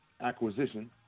acquisition